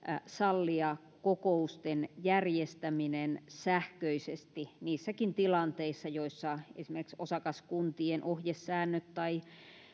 sallia kokousten järjestäminen sähköisesti niissäkin tilanteissa joissa esimerkiksi osakaskuntien ohjesäännöt tai